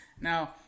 Now